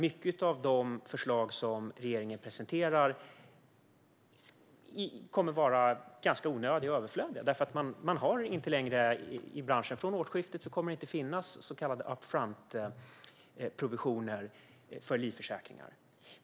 Många av de förslag som regeringen presenterar kommer att vara ganska överflödiga, för från årsskiftet kommer det inte längre att finnas så kallade up front-provisioner för livförsäkringar.